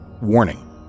Warning